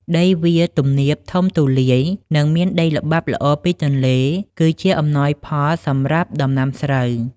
ដីវាលទំនាបធំទូលាយ និងមានដីល្បាប់ល្អពីទន្លេ គឺអំណោយផលសម្រាប់ដំណាំស្រូវ។